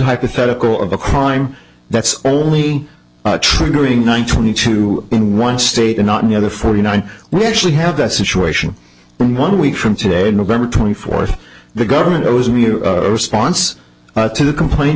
hypothetical of a crime that's only triggering one twenty two in one state and not in the other forty nine we actually have that situation one week from today november twenty fourth the government owes me a response to the complaint